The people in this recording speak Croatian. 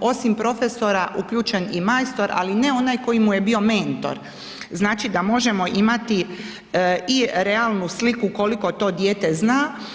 osim profesora uključen i majstor, ali ne onaj koji mu je bio mentor da možemo imati i realnu sliku koliko to dijete zna.